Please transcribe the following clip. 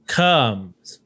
comes